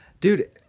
Dude